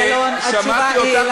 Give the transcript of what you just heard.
חברת הכנסת גלאון, התשובה היא אלייך.